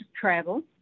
travel